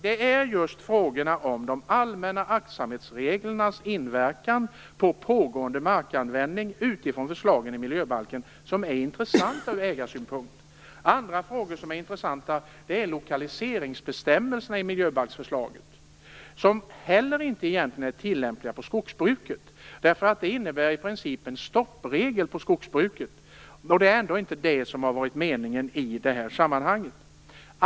Det är just frågorna de allmänna aktsamhetsreglernas inverkan på pågående markanvändning utifrån förslagen i miljöbalken som är intressanta ur ägarsynpunkt. Andra intressanta frågor är lokaliseringsbestämmelserna i miljöbalksförslaget, som egentligen inte heller är tillämpliga på skogsbruket. De utgör nämligen i princip en stoppregel för skogsbruket, och det har inte varit meningen i det här sammanhanget.